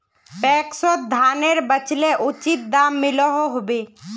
पैक्सोत धानेर बेचले उचित दाम मिलोहो होबे?